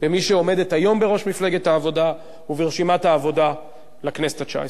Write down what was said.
במי שעומדת היום בראש מפלגת העבודה ורשימת העבודה לכנסת התשע-עשרה.